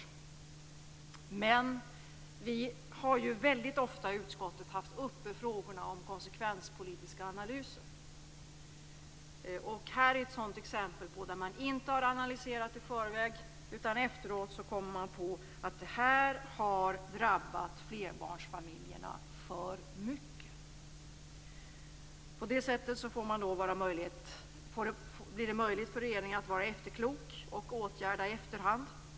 I utskottet har vi väldigt ofta haft uppe frågorna om konsekvenspolitiska analyser. Detta är ett exempel där man inte har analyserat i förväg, utan efteråt kommer på att detta har drabbat flerbarnsfamiljerna för mycket. På det här sättet blir det ändå möjligt för regeringen att vara efterklok och att i efterhand åtgärda detta.